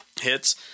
hits